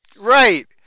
Right